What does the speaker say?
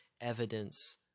evidence